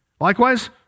Likewise